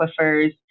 aquifers